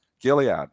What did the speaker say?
Gilead